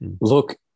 look